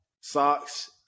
socks